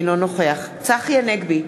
אינו נוכח צחי הנגבי,